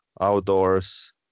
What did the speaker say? Outdoors